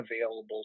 available